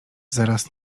zaraz